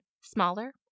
smaller